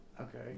Okay